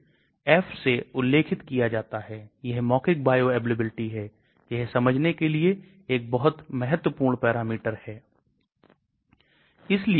आकार कम करें यह एक बड़ा मॉलिक्यूल है इस मॉलिक्यूल को देखिए 31 10 की घात 6 9 10 की घात 6 62 10 की घात 6 इन समूहों को देखिए